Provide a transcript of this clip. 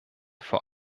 vor